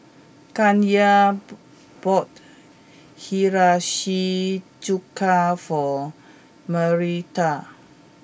Kanye ball bought Hiyashi Chuka for Marietta